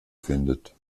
findet